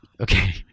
Okay